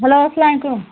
hello اسلام علیکُم